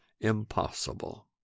impossible